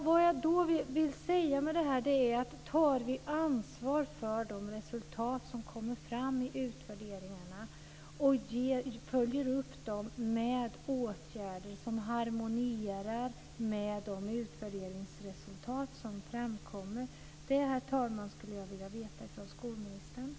Det jag vill säga med det här är: Tar vi ansvar för de resultat som kommer fram i utvärderingarna? Följer vi upp dem med åtgärder som harmonierar med de utvärderingsresultat som framkommer? Det, herr talman, skulle jag vilja få besked om från skolministern.